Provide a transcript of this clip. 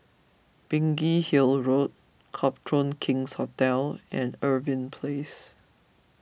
Biggin Hill Road Copthorne King's Hotel and Irving Place